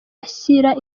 ashyira